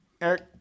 eric